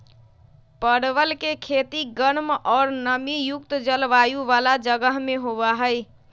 परवल के खेती गर्म और नमी युक्त जलवायु वाला जगह में होबा हई